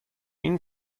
این